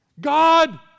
God